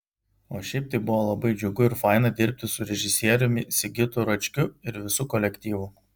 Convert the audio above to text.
o šiaip tai buvo labai džiugu ir faina dirbti su režisieriumi sigitu račkiu ir visu kolektyvu